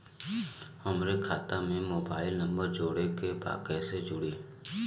हमारे खाता मे मोबाइल नम्बर जोड़े के बा कैसे जुड़ी?